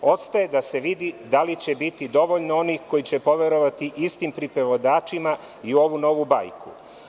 Ostaje da se vidi da li će biti dovoljno onih koji će poverovati istim pripovedačima i u ovu novu bajku.